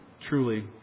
Truly